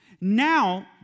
now